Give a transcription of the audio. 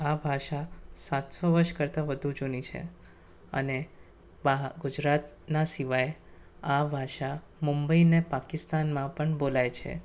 આ ભાષા સાતસો વર્ષ કરતાં વધુ જૂની છે અને બહા ગુજરાતના સિવાય આ ભાષા મુંબઈ ને પાકિસ્તાનમાં પણ બોલાય છે